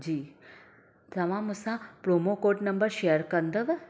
जी तव्हां मूं सां प्रोमो कोड नम्बर शेअर कंदव